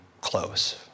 close